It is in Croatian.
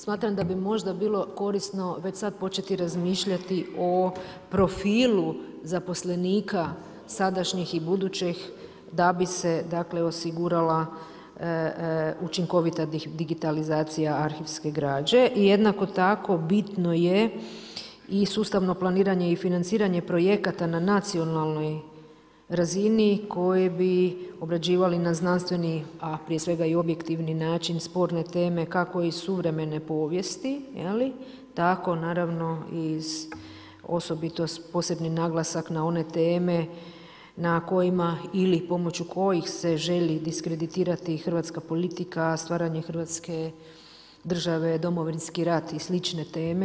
Smatram da bi možda bilo korisno, već sada početi razmišljati o profilu zaposlenika, sadašnjih i budućih, da bi se dakle, osigurala učinkovita digitalizacija arhivske građe i jednako tako, bitno je i sustavno planiranje i financiranje projekata na nacionalnoj razini, koje bi obrađivali na znanstveni, a prije svega, i objektivni način sporne teme, kako i suvremene povijesti, tako naravno iz osobito s posebnim naglasak na one teme, na kojima, ili pomoću kojih se želi diskreditirati hrvatska politika, stvaranje Hrvatske države, Domovinski rat i slične teme.